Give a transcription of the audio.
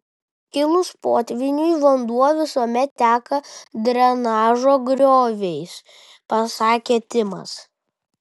kilus potvyniui vanduo visuomet teka drenažo grioviais pasakė timas